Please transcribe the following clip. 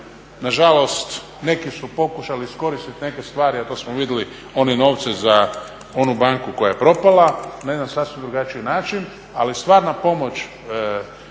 nažalost neki su pokušali iskoristiti neke stvari, a to smo vidjeli one novce za onu banku koja je propala na jedan sasvim drugačiji način. Ali stvarna pomoć